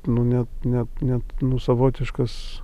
nu net net net savotiškas